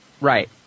Right